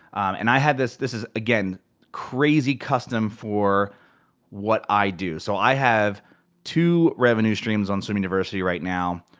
and i have this, this is again crazy custom for what i do. so i have two revenue streams on swim university right now.